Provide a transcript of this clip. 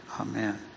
Amen